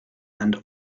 and